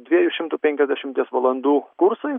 dviejų šimtų penkiasdešimties valandų kursai